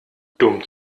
dumm